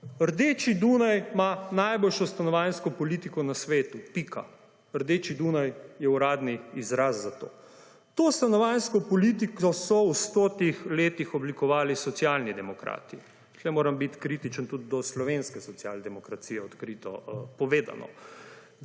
Rdeči Dunaj ima najboljšo stanovanjsko politiko na svetu, pika. Rdeči Dunaj je uradni izraz za to. To stanovanjsko politiko so v stotih letih oblikovali socialni demokrati. Tu moram biti kritičen tudi do slovenske socialdemokracije, odkrito povedano.